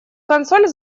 консоль